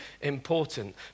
important